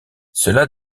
cela